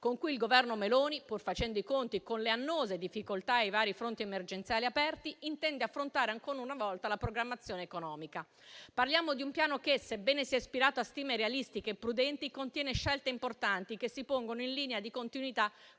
con cui il Governo Meloni, pur facendo i conti con le annose difficoltà e i vari fronti emergenziali aperti, intende affrontare ancora una volta la programmazione economica. Parliamo di un piano che, sebbene sia ispirato a stime realistiche e prudenti, contiene scelte importanti, che si pongono in linea di continuità